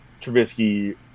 Trubisky